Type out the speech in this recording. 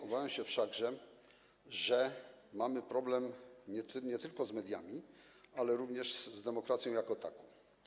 Obawiam się wszakże, że mamy problem nie tylko z mediami, ale również z demokracją jako taką.